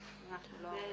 כן.